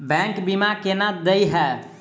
Bank बीमा केना देय है?